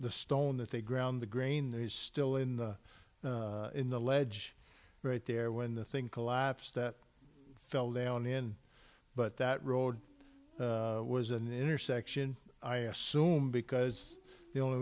the stone that they ground the grain is still in the in the ledge right there when the thing collapsed that fell down in but that road was an intersection i assume because the only